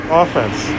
offense